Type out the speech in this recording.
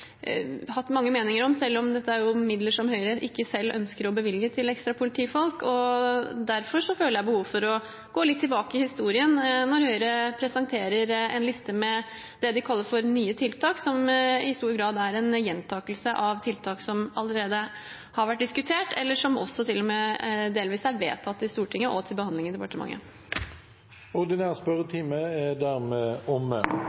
hatt mange meninger om, selv om dette er midler som Høyre ikke selv ønsker å bevilge til ekstra politifolk. Derfor føler jeg behov for å gå litt tilbake i historien når Høyre presenterer en liste med det de kaller nye tiltak, som i stor grad er en gjentakelse av tiltak som allerede har vært diskutert, eller som også til og med delvis er vedtatt i Stortinget og til behandling i departementet. Dermed er den ordinære spørretimen omme.